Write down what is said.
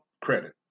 credit